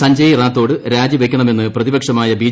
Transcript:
സഞ്ജയ് റ്റാത്തോഡ് രാജിവയ്ക്കണമെന്ന് പ്രതിപക്ഷമായ ബി